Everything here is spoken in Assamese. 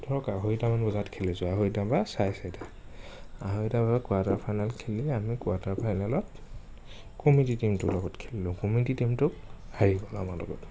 ধৰক আঢ়ৈটামান বজাত খেলিছোঁ আঢ়ৈটাৰপৰা চাৰে চাৰিটা আঢ়ৈটা বজাত কোৱাৰ্টাৰ ফাইনেল খেলি আমি কোৱাৰ্টাৰ ফাইনেলত কমিটিৰ টিমটোৰ লগত খেলিলোঁ কমিটিৰ টিমটো হাৰি গ'ল আমাৰ লগত